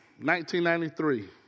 1993